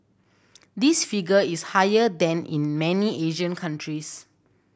this figure is higher than in many Asian countries